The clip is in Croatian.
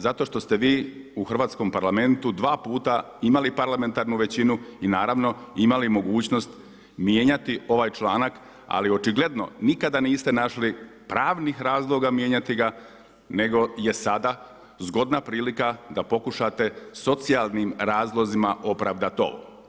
Zato što ste vi u Hrvatskom parlamentu dva puta imali parlamentarnu većinu i naravno imali mogućnost mijenjati ovaj članak ali očigledno nikada niste našli pravnih razloga mijenjati ga nego je sada zgodna prilika da pokušate socijalnim razlozima opravdati ovo.